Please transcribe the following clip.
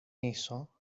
eso